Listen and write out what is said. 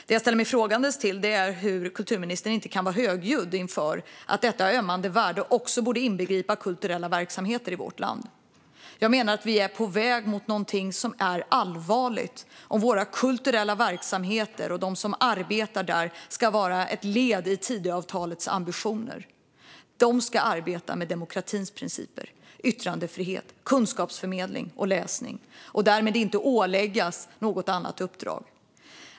Det jag ställer mig frågande till är hur kulturministern inte kan vara lyhörd inför att detta med ömmande värden också borde inbegripa kulturella verksamheter i vårt land. Jag menar att vi är på väg mot någonting som är allvarligt om våra kulturella verksamheter och de som arbetar där ska vara ett led i Tidöavtalets ambitioner. De ska arbeta med demokratins principer, yttrandefrihet, kunskapsförmedling och läsning och inte åläggas något annat uppdrag.